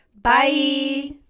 Bye